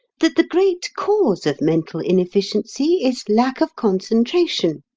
that the great cause of mental inefficiency is lack of concentration,